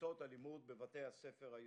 בכיתות הלימוד בבתי הספר היסודיים.